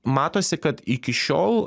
matosi kad iki šiol